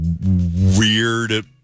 weird